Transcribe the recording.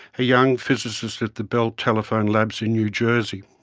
a young physicist at the bell telephone labs in new jersey.